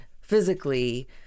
physically